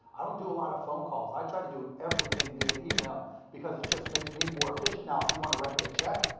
i don't do a lotta phone calls. i try to do everything via email because it just makes me more efficient. now if you wanna write me a check,